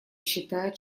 считает